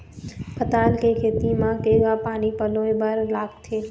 पताल के खेती म केघा पानी पलोए बर लागथे?